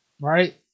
right